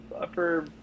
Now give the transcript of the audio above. upper